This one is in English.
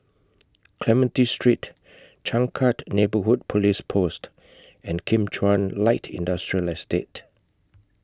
Clementi Street Changkat Neighbourhood Police Post and Kim Chuan Light Industrial Estate